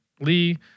Lee